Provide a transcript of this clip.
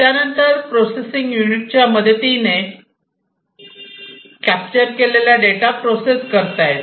त्यानंतर processing unit च्या मदतीने कॅप्चर केलेला डेटा प्रोसेस करता येतो